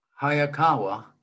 Hayakawa